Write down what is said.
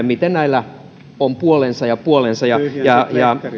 miten näillä on puolensa ja puolensa ja ja